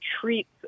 treats